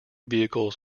vehicles